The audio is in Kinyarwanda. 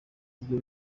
ibyo